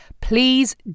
Please